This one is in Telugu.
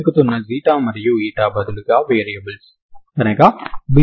నేను దీనిని సులభంగా వ్రాయగలను కాబట్టే దీన్ని నేను తీసుకున్నాను